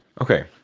Okay